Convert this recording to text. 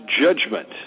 Judgment